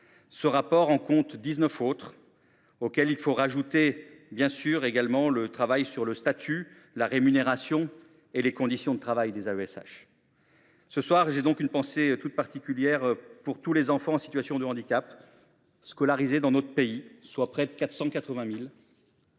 Ce rapport en compte dix neuf autres, auxquelles il faudrait ajouter, bien sûr, le travail qui reste à mener sur le statut, la rémunération et les conditions de travail des AESH. Ce soir, j’ai donc une pensée toute particulière pour tous les enfants en situation de handicap scolarisés dans notre pays, qui sont près de 480 000,